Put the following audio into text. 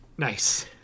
Nice